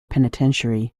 penitentiary